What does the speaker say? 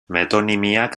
metonimiak